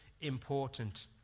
important